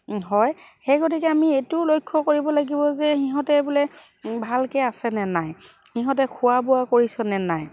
হয় সেই গতিকে আমি এইটো লক্ষ্য কৰিব লাগিব যে সিহঁতে বোলে ভালকৈ আছে নে নাই সিহঁতে খোৱা বোৱা কৰিছে নে নাই